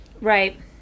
Right